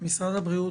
משרד הבריאות,